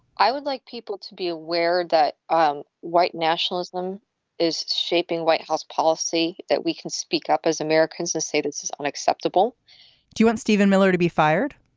i would like people to be aware that ah um white nationalism is shaping white house policy, that we can speak up as americans and say this is unacceptable do you want steven miller to be fired?